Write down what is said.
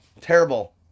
Terrible